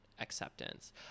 acceptance